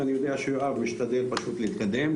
ואני יודע שיואב משתדל להתקדם,